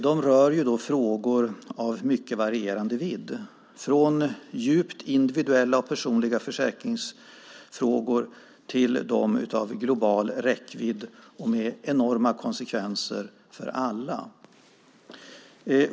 De rör frågor av varierande vidd, från individuella och djupt personliga försäkringsfrågor till de med global räckvidd och med enorma konsekvenser för alla.